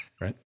right